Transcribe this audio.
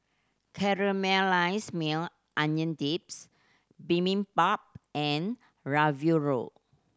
Caramelized Maui Onion Dips Bibimbap and Ravioli